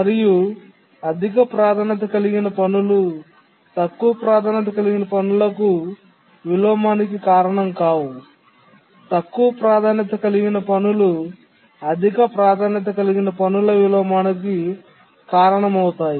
మరియు అధిక ప్రాధాన్యత కలిగిన పనులు తక్కువ ప్రాధాన్యత కలిగిన పనులకు విలోమానికి కారణం కావు తక్కువ ప్రాధాన్యత కలిగిన పనులు అధిక ప్రాధాన్యత కలిగిన పనుల విలోమానికి కారణమవుతాయి